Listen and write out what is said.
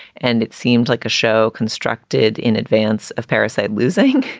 and it seemed like a show constructed in advance of parasyte losing.